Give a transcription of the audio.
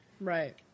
Right